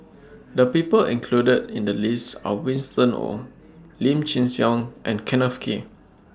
The People included in The list Are Winston Oh Lim Chin Siong and Kenneth Kee